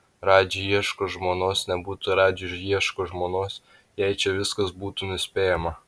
radži ieško žmonos nebūtų radži ieško žmonos jei čia viskas būtų nuspėjama